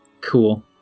cool